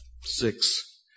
Six